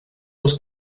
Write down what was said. los